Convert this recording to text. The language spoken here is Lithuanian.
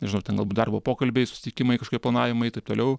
nežinau ten galbūt darbo pokalbiai susitikimai kažkokie planavimai taip toliau